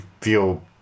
feel